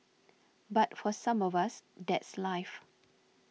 but for some of us that's life